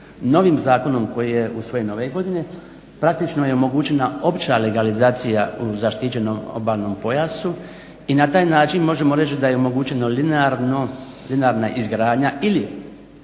Novim zakonom koji je usvojen ove godine praktično je omogućena opća legalizacija u zaštićenom obalnom pojasu i na taj način možemo reći da je omogućeno linearno, linearna izgradnja ili